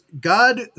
God